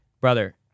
Brother